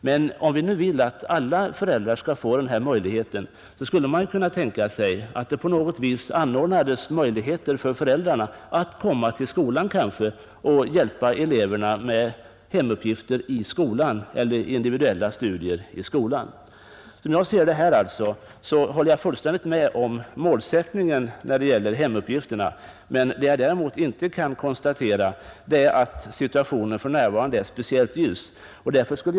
Men om vi nu vill att alla föräldrar skall få denna möjlighet, skulle det kunna tänkas att på något sätt möjligheter inrättades för föräldrarna att komma till skolan för att kanske hjälpa eleverna med individuella studier där. Jag instämmer fullständigt i målsättningen för hemuppgifterna men kan inte konstatera att situationen för närvarande är speciellt ljus när det gäller tillämpningen.